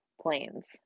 planes